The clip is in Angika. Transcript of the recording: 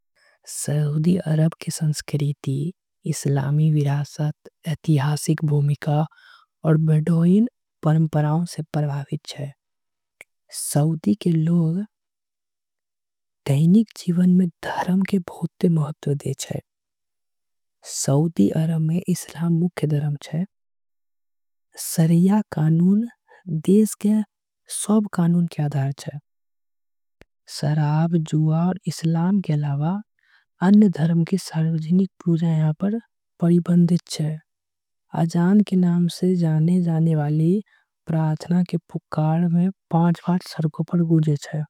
सऊदी अरब के संस्कृति इस्लामी विरासत। ऐतिहासिक भूमिका से प्रभावित छे सऊदी। के लोग दैनिक जीवन में बहुते महत्व देय छे। सऊदी अरब में इस्लाम मुख्य धर्म छे सरिया। कानून देश के बहुते बड़का कानून छे। सऊदी अरब में इस्लाम मुख्य धर्म छे।